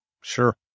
Sure